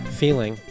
feeling